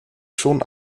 schon